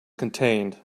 contained